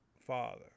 father